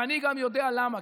ואני גם יודע למה.